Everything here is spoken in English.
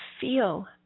feel